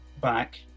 back